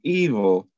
evil